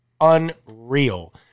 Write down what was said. unreal